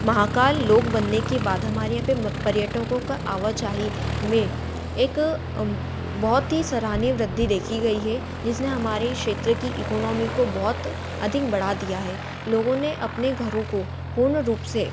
महाकाल लोक बनने के बाद हमारे यहाँ पर पर्यटकों का आवाजाही में एक बहुत ही सराहनीय वृद्धि देखी गई है जिसने हमारी क्षेत्र की इकोनॉमी को बहुत अधिक बढ़ा दिया हे लोगों ने अपने घरों को पूर्ण रूप से